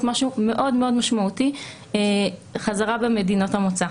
משהו מאוד משמעותי חזרה במדינות המוצא,